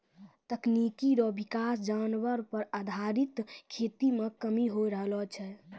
तकनीकी रो विकास जानवर पर आधारित खेती मे कमी होय रहलो छै